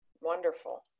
Wonderful